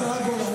השרה גולן.